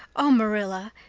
oh, marilla,